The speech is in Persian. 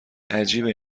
عجیبه